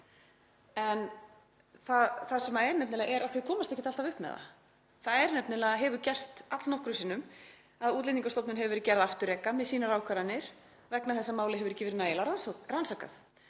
upp með það. En málið er að þau komast ekki alltaf upp með það. Það hefur nefnilega gerst allnokkrum sinnum að Útlendingastofnun hefur verið gerð afturreka með sínar ákvarðanir vegna þess að málið hefur ekki verið nægilega rannsakað.